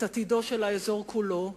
את עתידו של האזור כולו,